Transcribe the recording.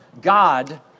God